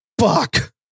Fuck